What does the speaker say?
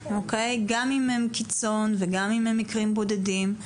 גם אם הם קיצון וגם אם הם מקרים בודדים,